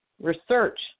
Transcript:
research